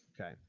Okay